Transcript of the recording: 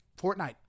Fortnite